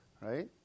right